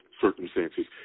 circumstances